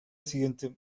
siguiente